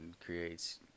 creates